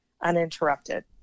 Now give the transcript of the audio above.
uninterrupted